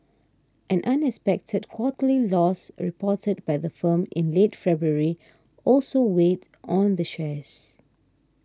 an unexpected quarterly loss reported by the firm in late February also weighed on the shares